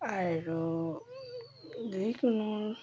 আৰু যিকোনো